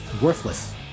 worthless